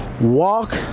walk